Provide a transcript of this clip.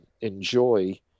enjoy